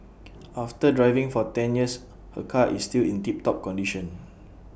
after driving for ten years her car is still in tip top condition